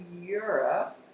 Europe